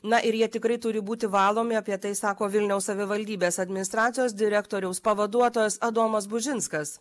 na ir jie tikrai turi būti valomi apie tai sako vilniaus savivaldybės administracijos direktoriaus pavaduotojas adomas bužinskas